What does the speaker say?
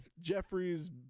Jeffrey's